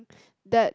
that